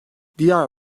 diğer